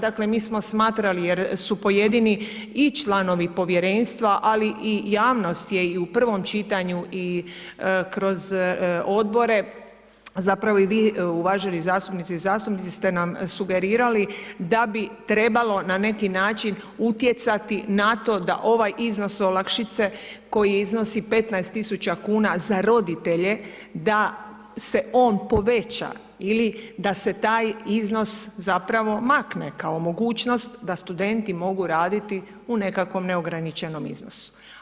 Dakle, mi smo smatrali, jer su pojedini i članovi povjerenstva, ali i javnost je i u prvom čitanju i kroz Odbore, zapravo i vi uvaženi zastupnici ste nam sugerirali da bi trebalo na neki način utjecati na to da ovaj iznos olakšice koji iznosi 15.000,00 kn za roditelje da se on poveća ili da se taj iznos zapravo makne kao mogućnost da studenti mogu raditi u nekakvom neograničenom iznosu.